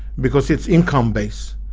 because it's income based.